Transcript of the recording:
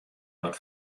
wat